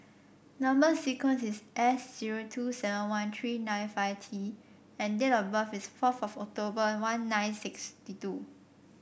number sequence is S zero two seven one three nine five T and date of birth is four for October one nine six two